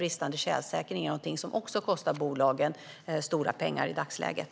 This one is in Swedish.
Bristande tjälsäkring kostar bolagen mycket pengar i dagsläget.